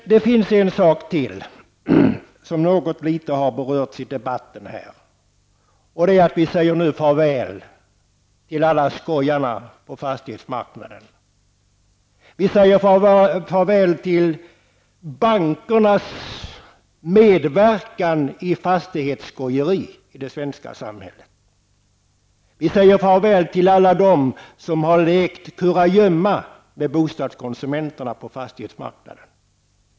Men det finns en sak till som något litet har berörts i debatten, och det är att vi nu säger farväl till alla skojare på fastighetsmarknaden. Vi säger farväl till bankernas medverkan till fastighetsskojeri i det svenska samhället. Vi säger farväl till alla dem som har lekt kurragömma med bostadskonsumenterna på fastighetsmarknaden.